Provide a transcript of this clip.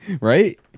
right